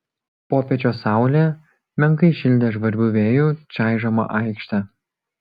popiečio saulė menkai šildė žvarbių vėjų čaižomą aikštę